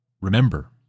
remember